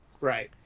Right